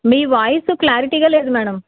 మీ voice క్లారిటీగా లేదు madam